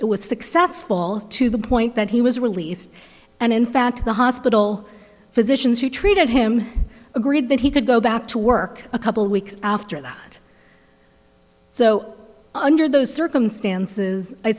it was successful to the point that he was released and in fact the hospital physicians who treated him agreed that he could go back to work a couple weeks after that so under those circumstances i